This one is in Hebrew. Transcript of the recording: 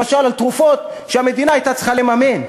למשל על תרופות שהמדינה הייתה צריכה לממן,